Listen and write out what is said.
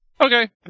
Okay